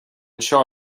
anseo